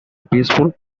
peaceful